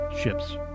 ships